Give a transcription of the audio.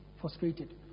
frustrated